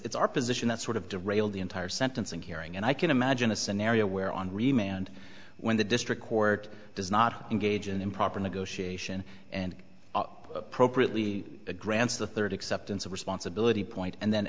it's our position that sort of to rail the entire sentencing hearing and i can imagine a scenario where on remain and when the district court does not engage in improper negotiation and appropriately grants the third acceptance of responsibility point and then